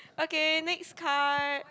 okay next card